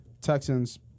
Texans